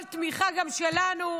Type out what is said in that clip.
קיבלת תמיכה, גם שלנו,